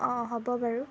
অঁ হ'ব বাৰু